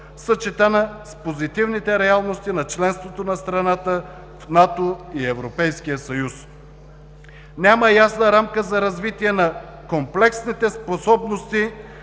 съчетана с позитивните реалности на членството на страната в НАТО и Европейския съюз. Няма ясна рамка за развитие на комплексните способности,